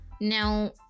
Now